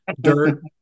dirt